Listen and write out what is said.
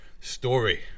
story